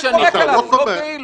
אני חולק עליו, הוא לא כאילו.